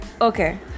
okay